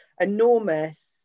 enormous